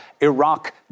Iraq